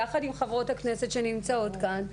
יחד עם חברות הכנסת שנמצאות כאן.